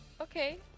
Okay